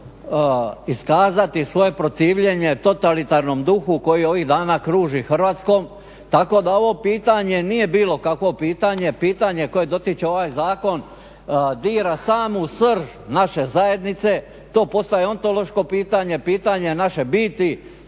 iskazati svoje protivljenje totalitarnom duhu koji ovih dana kruži Hrvatskom tako da ovo pitanje nije bilo kakvo pitanje, pitanje koje dotiče ovaj zakon dira samu srž naše zajednice, to postaje ontološko pitanje, pitanje naše biti,